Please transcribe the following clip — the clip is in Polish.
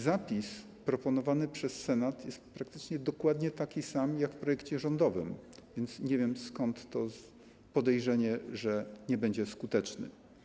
Zapis proponowany przez Senat jest praktycznie dokładnie taki sam jak zapis w projekcie rządowym, nie wiem więc, skąd to podejrzenie, że nie będzie skuteczny.